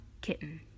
Kitten